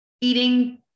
eating